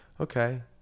okay